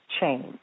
change